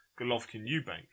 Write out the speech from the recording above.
Golovkin-Eubank